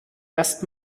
erst